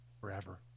forever